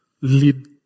lead